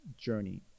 Journey